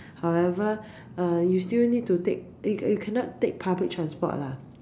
however uh you still need to take uh you cannot take public transport lah